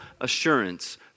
assurance